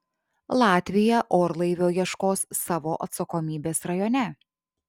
latvija orlaivio ieškos savo atsakomybės rajone